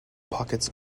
pockets